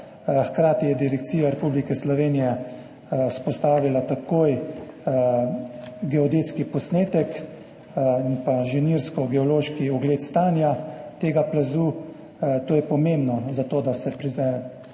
Hkrati je Direkcija Republike Slovenije takoj vzpostavila geodetski posnetek in pa inženirsko geološki ogled stanja tega plazu. To je pomembno za to, da se